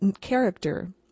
character